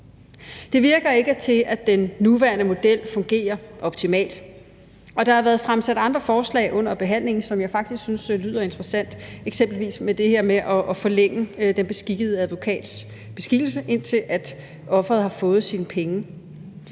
Det virker ikke til, at den nuværende model fungerer optimalt, og der har været fremsat andre forslag under behandlingen, som jeg faktisk synes lyder interessant, eksempelvis med det her med at forlænge den beskikkede advokats beskikkelse, indtil offeret har fået sine penge.